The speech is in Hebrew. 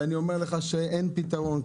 אני אומר לך שאין פתרון.